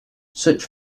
such